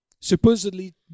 supposedly